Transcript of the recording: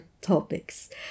topics